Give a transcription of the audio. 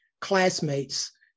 classmates